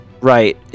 right